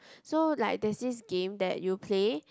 so like there's this game that you play